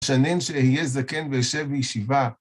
שנים שיהיה זקן ויושב בישיבה.